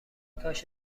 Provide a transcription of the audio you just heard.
کاش